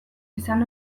izan